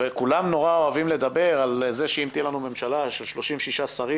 כולם נורא אוהבים לדבר על זה שאם תהיה לנו ממשלה של 36 שרים